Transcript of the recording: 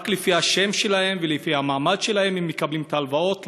רק לפי השם שלהם ולפי המעמד שלהם הם מקבלים את ההלוואות,